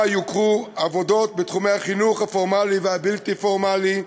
יוכרו עבודות בתחומי החינוך הפורמלי והבלתי-פורמלי,